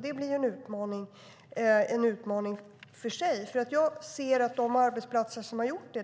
Det blir en utmaning för sig. Jag ser att det finns en glädje på de arbetsplatser som har gjort det.